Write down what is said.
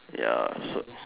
ya so